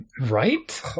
Right